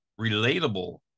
relatable